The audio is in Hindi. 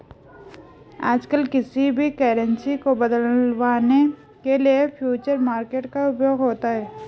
आजकल किसी भी करन्सी को बदलवाने के लिये फ्यूचर मार्केट का उपयोग होता है